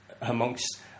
amongst